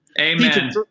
Amen